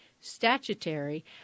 statutory